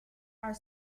are